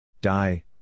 Die